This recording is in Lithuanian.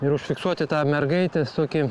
ir užfiksuoti tą mergaitės tokį